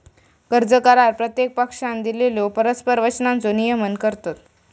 कर्ज करार प्रत्येक पक्षानं दिलेल्यो परस्पर वचनांचो नियमन करतत